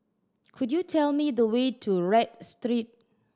could you tell me the way to Read Street